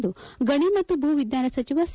ಎಂದು ಗಣಿ ಮತ್ತು ಭೂವಿಜ್ಞಾನ ಸಚಿವ ಸಿ